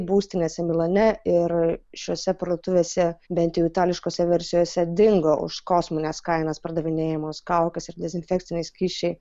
būstinėse milane ir šiose parduotuvėse bent jau itališkose versijose dingo už kosmines kainas pardavinėjamos kaukės ir dezinfekciniai skysčiai